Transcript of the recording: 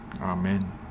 Amen